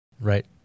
Right